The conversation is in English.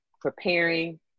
preparing